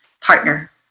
partner